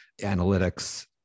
analytics